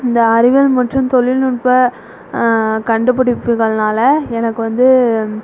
இந்த அறிவியல் மற்றும் தொழில்நுட்ப கண்டுபிடிப்புகள்னால் எனக்கு வந்து